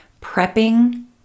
prepping